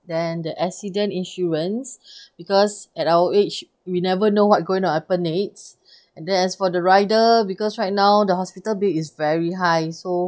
then the accident insurance because at our age we never know what going to happen next and then as for the rider because right now the hospital bill is very high so